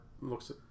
looks